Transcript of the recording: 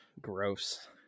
Gross